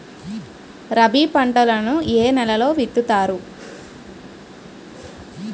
రబీ పంటలను ఏ నెలలో విత్తుతారు?